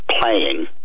playing